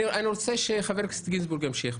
אני רוצה שחבר הכנסת גינזבורג ימשיך.